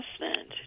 investment